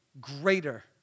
greater